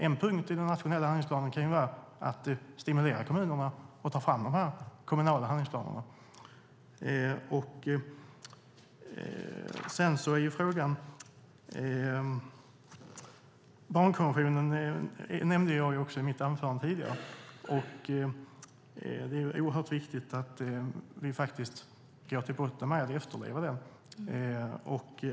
En punkt i den nationella handlingsplanen kan vara att stimulera kommunerna att ta fram de kommunala handlingsplanerna. Jag nämnde barnkonventionen i mitt anförande. Det är oerhört viktigt att vi går till botten med att efterleva barnkonventionen.